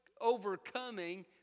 overcoming